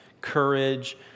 courage